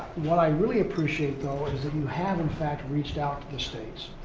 what i really appreciate, though, is that you have, in fact, reached out to the states.